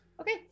okay